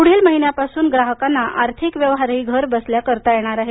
पुढील महिन्यापासून ग्राहकांना आर्थिक व्यवहार ही घर बसल्या करता येणार आहेत